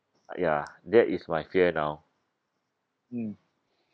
ya that is my fear now mm